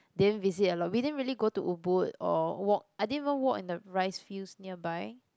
didn't visit a lot we didn't really go to Ubud or walk I didn't even walk in the rice fields nearby